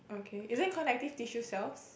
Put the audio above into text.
okay isn't connective tissue cells